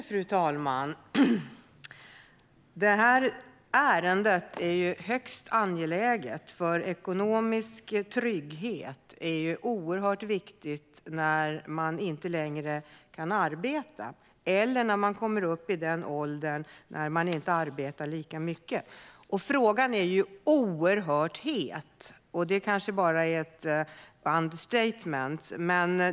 Fru talman! Det här ärendet är högst angeläget, för ekonomisk trygghet är oerhört viktigt när man inte längre kan arbeta eller när man kommer upp i den åldern när man inte arbetar lika mycket. Frågan är oerhört het, vilket kanske är ett understatement.